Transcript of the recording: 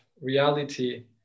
reality